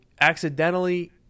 accidentally